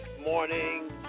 morning